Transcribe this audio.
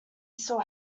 still